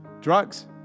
drugs